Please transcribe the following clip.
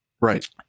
Right